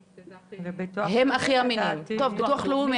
אני מתבססת על זכאים לפי חוק הסיעוד.